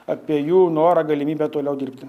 apie jų norą galimybę toliau dirbti